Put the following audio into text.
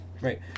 Right